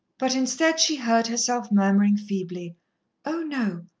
but instead, she heard herself murmuring feebly oh, no,